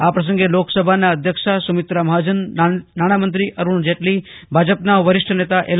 આ પ્રસંગે લોકસભાના અધ્યક્ષા સુમિત્રા મહાજન નાણામંત્રી અરૂણ જેટલી ભાજપના વરિષ્ઠ નેતા એલ